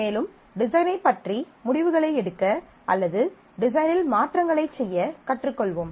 மேலும் டிசைனைப் பற்றி முடிவுகளை எடுக்க அல்லது டிசைனில் மாற்றங்களைச் செய்ய கற்றுக் கொள்வோம்